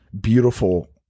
beautiful